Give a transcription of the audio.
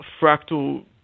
fractal